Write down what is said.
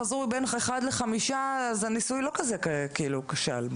חזרו בין אחד לחמישה אז הניסוי לא כזה כאילו כשל.